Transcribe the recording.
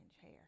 hair